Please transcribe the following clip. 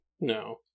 No